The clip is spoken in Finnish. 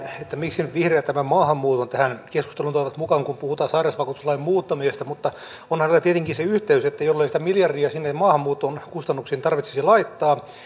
miksi nyt vihreät tämän maahanmuuton tähän keskusteluun toivat mukaan kun puhutaan sairausvakuutuslain muuttamisesta mutta onhan näillä tietenkin se yhteys että jollei sitä miljardia sinne maahanmuuton kustannuksiin tarvitsisi laittaa